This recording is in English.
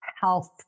health